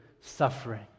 suffering